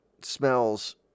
smells